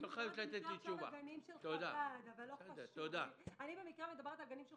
את לא חייבת לתת לי תשובה אני במקרה מדברת על ילדי חב"ד,